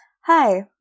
Hi